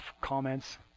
comments